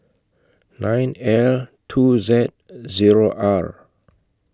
nine L two Z O R